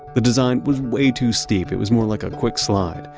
the design was way too steep. it was more like a quick slide.